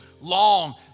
long